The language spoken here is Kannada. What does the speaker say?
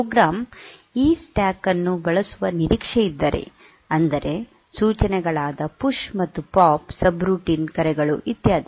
ಪ್ರೋಗ್ರಾಂ ಈ ಸ್ಟ್ಯಾಕ್ ಅನ್ನು ಬಳಸುವ ನಿರೀಕ್ಷೆಯಿದ್ದರೆ ಅಂದರೆ ಸೂಚನೆಗಳಾದ ಪುಶ್ ಮತ್ತು ಪಾಪ್ ಸಬ್ರುಟೀನ್ಕರೆಗಳು ಇತ್ಯಾದಿ